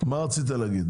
מה רצית להגיד?